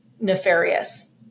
nefarious